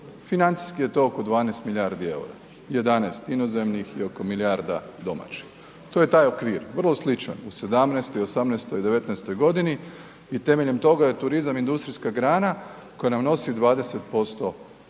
Financijski je to oko 12 milijardi eura, 11 inozemnih i oko milijarda domaćih. To je taj okvir, vrlo sličan u '17.-toj i '18.-toj i 19.-toj godini i temeljem toga je turizam industrijska grana koja nam nosi 20% udjela